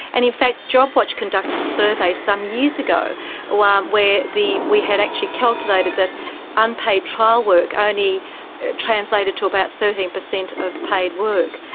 and in fact job watch conducted a survey some years ago um ah where we had actually calculated that unpaid trial work only translated to about thirteen percent of paid work.